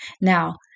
Now